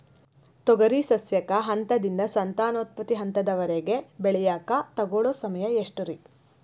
ತೊಗರಿ ಸಸ್ಯಕ ಹಂತದಿಂದ, ಸಂತಾನೋತ್ಪತ್ತಿ ಹಂತದವರೆಗ ಬೆಳೆಯಾಕ ತಗೊಳ್ಳೋ ಸಮಯ ಎಷ್ಟರೇ?